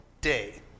day